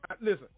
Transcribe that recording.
listen